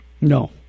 No